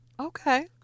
Okay